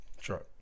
Sure